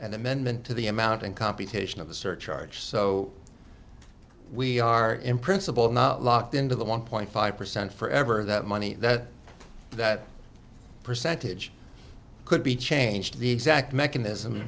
an amendment to the amount and computation of the surcharge so we are in principle not locked into the one point five percent forever that money that that percentage could be changed the exact mechanism